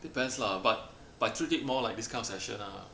depends lah but but I treat it more like this kind of session ah